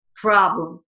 problem